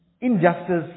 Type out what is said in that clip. injustice